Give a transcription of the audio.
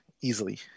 easily